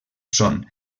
són